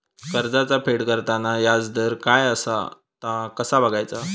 कर्जाचा फेड करताना याजदर काय असा ता कसा बगायचा?